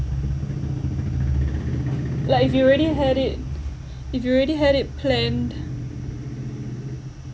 like if you already had it if you already had it planned